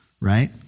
right